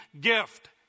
gift